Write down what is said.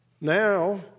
now